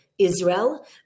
Israel